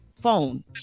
phone